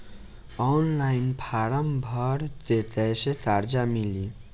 Online form भर के कैसे कर्जा मिली?